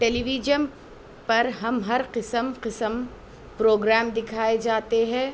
ٹیلی vision پر ہم قسم قسم پروگرام دکھائے جاتے ہے